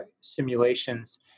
simulations